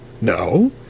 No